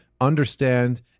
understand